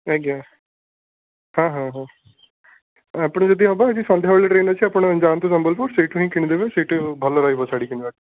ଆଜ୍ଞା ହଁ ହଁ ହଉ ଆପଣ ଯଦି ହେବ ଆଜି ସନ୍ଧ୍ୟା ବେଳେ ଟ୍ରେନ୍ ଅଛି ଆପଣ ଯାଆନ୍ତୁ ସମ୍ବଲପୁର ସେଇଠୁ ହିଁ କିଣି ଦେବେ ସେଇଠି ଭଲ ରହିବ ଶାଢ଼ୀ କିଣିବା